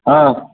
आं